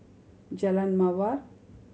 Jalan Mawar